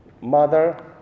mother